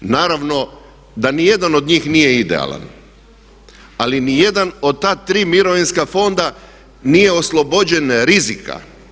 Naravno da ni jedan od njih nije idealan, ali ni jedan od ta tri mirovinska fonda nije oslobođen rizika.